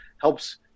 helps